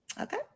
Okay